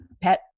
pet